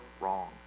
wrong